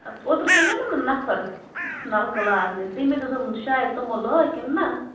اَدٕ اوٗترٕ سوزیٚومَو نا نفر نَلکہٕ لاگنہِ تٔمۍ ہَے دوٚپ دوٚپُن شایَد تِمَو لٲگۍ کِنہٕ نہَ